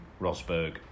Rosberg